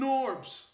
Norbs